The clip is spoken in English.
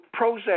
Prozac